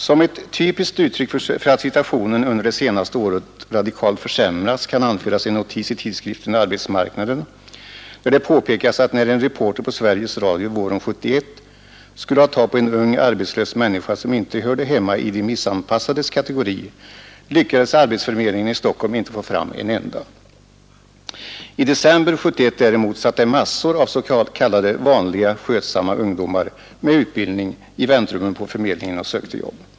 Som ett typiskt uttryck för att situationen under det senaste året radikalt försämrats kan anföras en notis i tidskriften Arbetsmarknaden, där det påpekas att när en reporter på Sveriges Radio våren 1971 skulle ha tag på en ung arbetslös människa som inte hörde hemma i de missanpassades kategori lyckades arbetsförmedlingen i Stockholm inte få fram en enda. I december 1971 däremot satt massor av s.k. vanliga, skötsamma ungdomar med utbildning i väntrummen på förmedlingen och sökte jobb.